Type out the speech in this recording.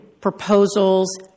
proposals